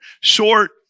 short